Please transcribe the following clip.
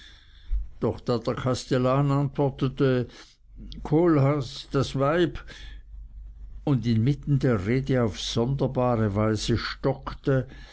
antwortete kohlhaas das weib und inmitten der rede auf sonderbare weise stockte